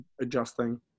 adjusting